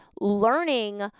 learning